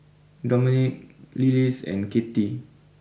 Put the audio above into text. Dominick Lillis and Kathey